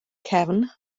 cefn